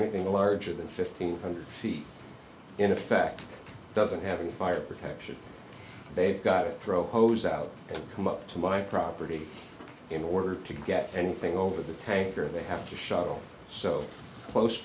anything larger than fifteen hundred feet in effect doesn't have a fire protection they've got pro hose out come up to my property in order to get anything over the paper they have to shuttle so close